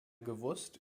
gewusst